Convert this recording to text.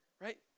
Right